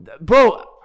bro